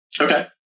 Okay